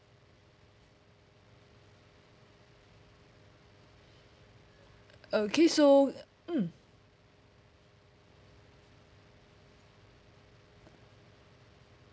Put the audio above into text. okay so mm